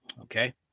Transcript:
Okay